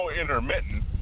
intermittent